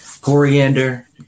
Coriander